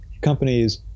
companies